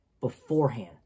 beforehand